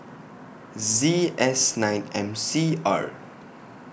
Z S nine M C R